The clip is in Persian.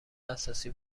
اساسی